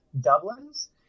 Dublin's